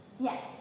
Yes